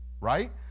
Right